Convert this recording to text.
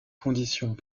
conditions